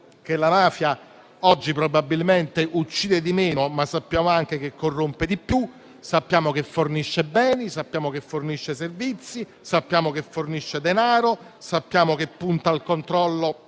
che la mafia oggi probabilmente uccide di meno, ma sappiamo anche che corrompe di più, sappiamo che fornisce beni, servizi e fornisce denaro. Sappiamo che punta al controllo